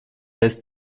lässt